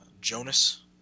Jonas